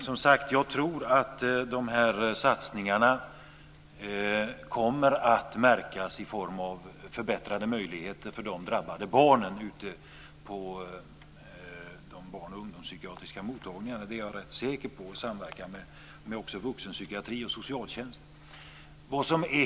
Fru talman! Jag tror att de här satsningarna kommer att märkas i form av förbättrade möjligheter för de drabbade barnen ute på de barn och ungdomspsykiatriska mottagningarna. Det är jag rätt säker på. Det handlar också om samverkan med vuxenpsykiatrin och socialtjänsten.